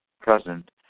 present